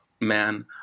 man